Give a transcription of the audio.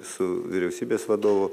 su vyriausybės vadovu